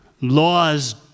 Laws